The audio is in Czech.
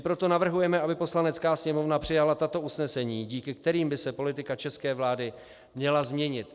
Proto navrhujeme, aby Poslanecká sněmovna přijala tato usnesení, díky kterým by se politika české vlády měla změnit.